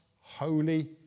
holy